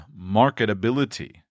marketability